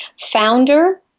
founder